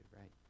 right